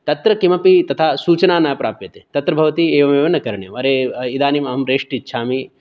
तत्र किमपि तथा सूचना न प्राप्यते तत्र भवति एवमेव न करणीयम् अरे इदानीम् अहं रेष्ट् इच्छामि